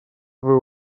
свою